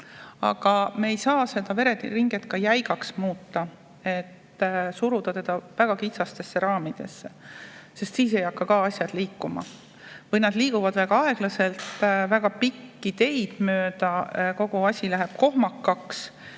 Aga me ei saa seda vereringet ka jäigaks muuta, suruda seda väga kitsastesse raamidesse, sest ka siis ei hakka asjad liikuma. Või nad [hakkavad] liikuma väga aeglaselt, väga pikki teid mööda, kogu asi läheb kohmakaks